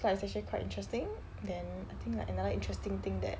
so it's actually quite interesting then I think like another interesting thing that